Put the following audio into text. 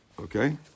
Okay